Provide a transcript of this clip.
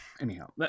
anyhow